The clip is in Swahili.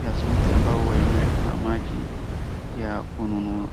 ya simiti ambayo huwa imewekwa maji ya kununua.